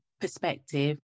perspective